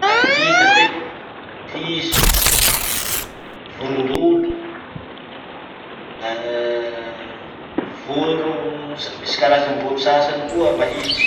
alika zay, piso, vorondolo, ahh voro, misy karazam-boro sasany koa mahihitsy.